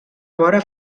vora